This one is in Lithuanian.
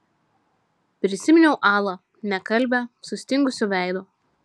prisiminiau alą nekalbią sustingusiu veidu